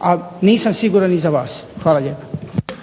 a nisam siguran ni za vas. Hvala lijepa.